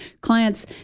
Clients